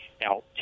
Now